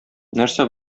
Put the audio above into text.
нәрсә